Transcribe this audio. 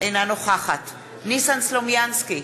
אינה נוכחת ניסן סלומינסקי,